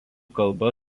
kalba